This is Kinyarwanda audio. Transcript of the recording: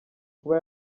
kuba